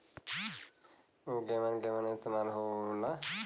उव केमन केमन इस्तेमाल हो ला?